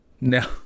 No